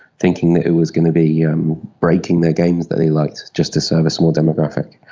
thinking that it was going to be yeah um breaking their games that they liked just to serve a small demographic.